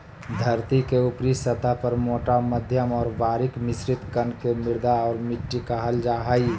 धरतीके ऊपरी सतह पर मोटा मध्यम और बारीक मिश्रित कण के मृदा और मिट्टी कहल जा हइ